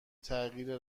تغییر